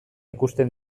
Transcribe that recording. ikusten